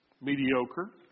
mediocre